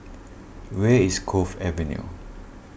where is Cove Avenue